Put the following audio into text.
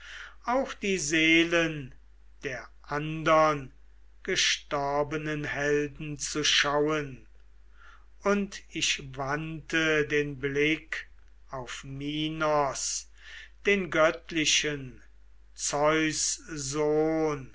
auch die seelen der andern gestorbenen helden zu schauen und ich wandte den blick auf minos den göttlichen zeus